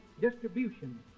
distribution